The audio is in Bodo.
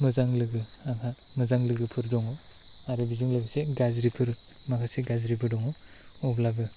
मोजां लोगो आंहा मोजां लोगोफोर दङ आरो बेजों लोगोसे गाज्रिफोर माखासे गाज्रिबो दङ अब्लाबो